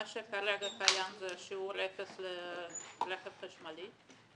מה שכרגע קיים זה שיעור אפס לרכב חשמלי.